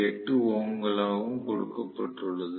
8 ஓம்களாகவும் கொடுக்கப்பட்டுள்ளது